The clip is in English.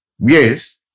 Yes